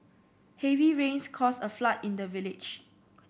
heavy rains caused a flood in the village